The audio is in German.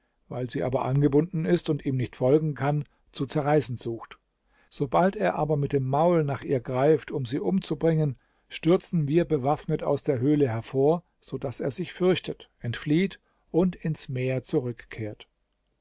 weil sie aber angebunden ist und ihm nicht folgen kann zu zerreißen sucht sobald er aber mit dem maul nach ihr greift um sie umzubringen stürzen wir bewaffnet aus der höhle hervor so daß er sich fürchtet entflieht und ins meer zurückkehrt